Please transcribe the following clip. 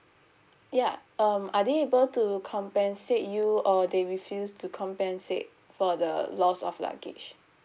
yeah um are they able to compensate you or they refuse to compensate for the loss of luggage